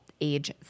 age